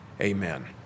Amen